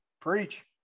preach